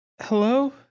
hello